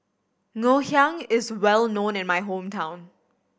Ngoh Hiang is well known in my hometown